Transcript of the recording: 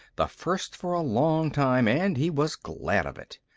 the first for a long time, and he was glad of it.